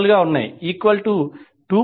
439 j1